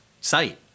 site